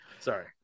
Sorry